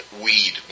weed